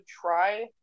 try